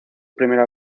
primera